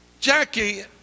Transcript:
Jackie